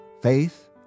faith